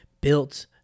built